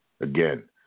Again